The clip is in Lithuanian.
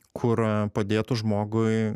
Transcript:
kur a padėtų žmogui